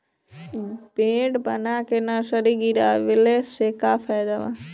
Bed बना के nursery गिरवले के का फायदा बा?